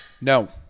No